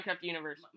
Universe